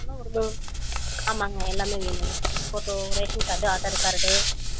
ஆமாம்ங்க எல்லாமே வேணுங்க photo ration card Aadhaar card